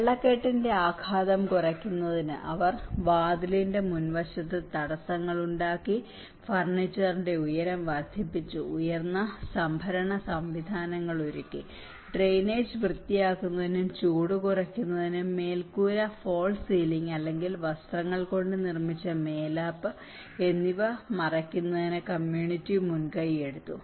വെള്ളക്കെട്ടിന്റെ ആഘാതം കുറയ്ക്കുന്നതിന് അവർ വാതിലിൻറെ മുൻവശത്ത് തടസ്സങ്ങൾ ഉണ്ടാക്കി ഫർണിച്ചറിന്റെ ഉയരം വർദ്ധിപ്പിച്ചു ഉയർന്ന സംഭരണ സൌകര്യങ്ങൾ ഒരുക്കി ഡ്രെയിനേജ് വൃത്തിയാക്കുന്നതിനും ചൂട് കുറയ്ക്കുന്നതിനും മേൽക്കൂര ഫോൾസ് സീലിംഗ് അല്ലെങ്കിൽ വസ്ത്രങ്ങൾ കൊണ്ട് നിർമ്മിച്ച മേലാപ്പ് എന്നിവ മറയ്ക്കുന്നതിന് കമ്മ്യൂണിറ്റി മുൻകൈയെടുത്തു